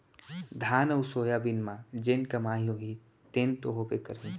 धान अउ सोयाबीन म जेन कमाई होही तेन तो होबे करही